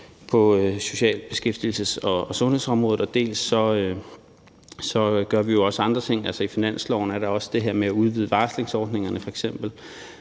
på social-, beskæftigelses- og sundhedsområdet, dels gør vi jo også andre ting. Altså, i finansloven er der f.eks. også det her med at udvide varslingsordningerne.